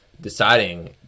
deciding